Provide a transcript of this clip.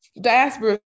diaspora